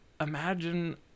Imagine